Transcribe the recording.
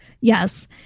Yes